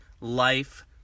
life